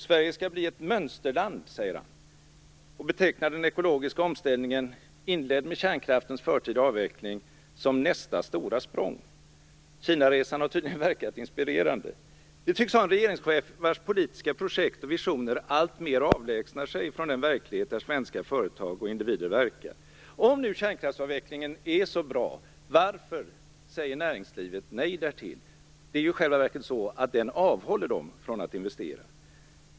Sverige skall bli ett mönsterland, säger han, och han betecknar den ekologiska omställningen, inledd med kärnkraftens förtida avveckling, som nästa stora språng. Kinaresan har tydligen verkat inspirerande. Vi tycks ha en regeringschef vars politiska projekt och visioner alltmer avlägsnar sig från den verklighet där svenska företag och individer verkar. Om nu kärnkraftsavvecklingen är så bra, varför säger näringslivet nej därtill? Det är i själva verket så att den avhåller företagen från att investera.